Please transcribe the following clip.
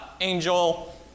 angel